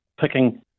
picking